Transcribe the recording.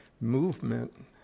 movement